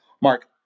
Mark